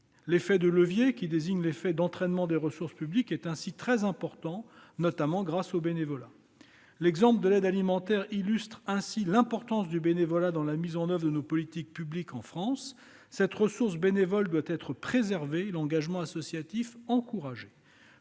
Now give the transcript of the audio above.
L'effet de levier, qui désigne l'effet d'entraînement des ressources publiques, est ainsi très important, notamment grâce au bénévolat. L'exemple de l'aide alimentaire illustre l'importance du bénévolat dans la mise en oeuvre de nos politiques publiques en France. Cette ressource bénévole doit être préservée, l'engagement associatif encouragé.